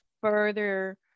further